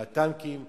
הטנקים והשריון.